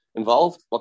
involved